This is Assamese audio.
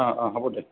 অঁ অঁ হ'ব দে